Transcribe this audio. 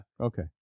Okay